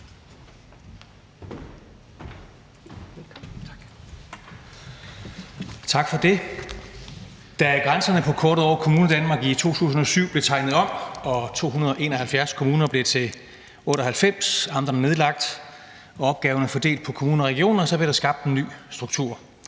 Tak for det. Da grænserne på kortet over Kommunedanmark i 2007 blev tegnet om og 271 kommuner blev til 98, amterne nedlagt, og opgaverne fordelt på kommuner og regioner, så blev der skabt en ny struktur.